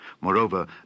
Moreover